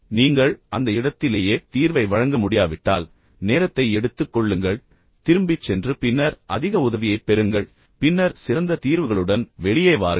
நீங்கள் அந்த இடத்திலேயே தீர்வை வழங்க முடியாவிட்டால் நேரத்தை எடுத்துக் கொள்ளுங்கள் திரும்பிச் சென்று பின்னர் அதிக உதவியைப் பெறுங்கள் பின்னர் சிறந்த தீர்வுகளுடன் வெளியே வாருங்கள்